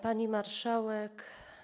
Pani Marszałek!